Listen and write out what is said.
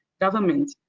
governments,